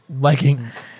leggings